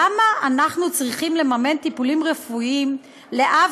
למה אנחנו צריכים לממן טיפולים רפואיים לאב